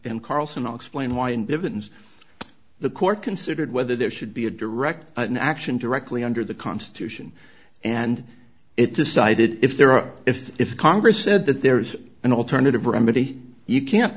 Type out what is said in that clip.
and carlson i'll explain why in bivins the court considered whether there should be a direct action directly under the constitution and it decided if there are if if congress said that there is an alternative remedy you can't